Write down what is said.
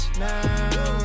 now